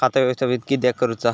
खाता व्यवस्थापित किद्यक करुचा?